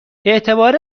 اعتبار